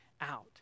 out